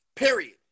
period